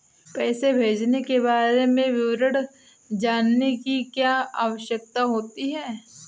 पैसे भेजने के बारे में विवरण जानने की क्या आवश्यकता होती है?